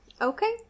Okay